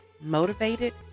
motivated